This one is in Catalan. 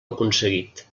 aconseguit